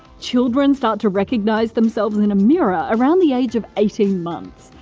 children start to recognize themselves in a mirror around the age of eighteen months.